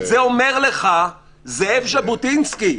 את זה אומר לך זאב ז'בוטינסקי,